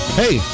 hey